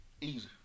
Easy